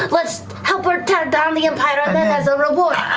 but let's help her tear down the empire um and as a reward